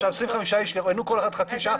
עכשיו 25 איש יראיינו כל אחד חצי שעה,